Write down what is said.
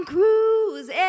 Cruise